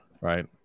right